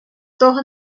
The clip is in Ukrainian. того